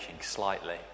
slightly